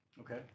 okay